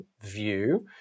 view